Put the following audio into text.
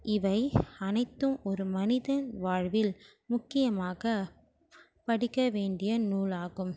இவை அனைத்தும் ஒரு மனிதன் வாழ்வில் முக்கியமாக படிக்க வேண்டிய நூல் ஆகும்